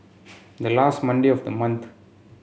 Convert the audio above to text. the last Monday of the